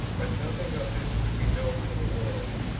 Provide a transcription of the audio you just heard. but nothing of this could be known to the world.